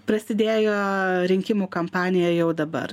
prasidėjo rinkimų kampanija jau dabar